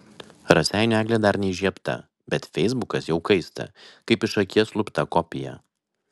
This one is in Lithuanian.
raseinių eglė dar neįžiebta bet feisbukas jau kaista kaip iš akies lupta kopija